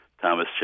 Thomas